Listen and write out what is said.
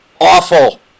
awful